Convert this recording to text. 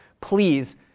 please